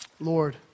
Lord